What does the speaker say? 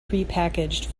prepackaged